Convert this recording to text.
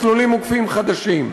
מסלולים עוקפים חדשים.